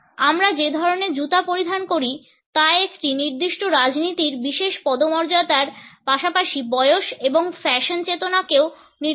আমরা যে ধরণের জুতা পরিধান করি তা একটি নির্দিষ্ট রাজনীতির বিশেষ পদমর্যাদার পাশাপাশি বয়স এবং ফ্যাশন চেতনাকেও নির্দেশ করে